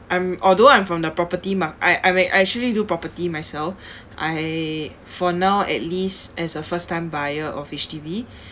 I'm although I am from the property mar~ I I may I actually do property myself I for now at least as a first time buyer of H_D_B